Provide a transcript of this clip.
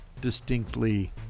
distinctly